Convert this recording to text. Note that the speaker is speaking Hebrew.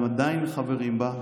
והם עדיין חברים בה,